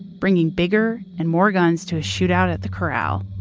bringing bigger and more guns to a shoot out at the corral.